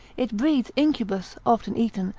it breeds incubus, often eaten,